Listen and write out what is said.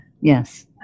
Yes